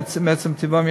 מעצם טיבן,